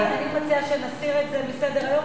אני מציעה שנסיר את זה מסדר-היום.